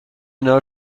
know